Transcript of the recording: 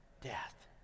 death